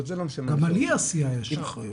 גם על אי עשייה יש אחריות.